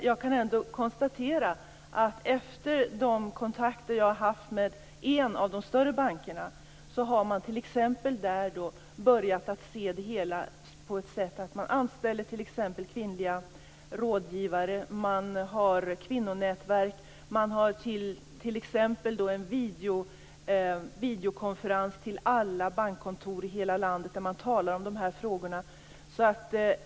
Jag kan ändå konstatera att efter de kontakter som jag har haft med en av de större bankerna har man t.ex. där börjat att anställa kvinnliga rådgivare, man har kvinnonätverk, och man har en videokonferens till alla bankkontor i hela landet där man talar om de här frågorna.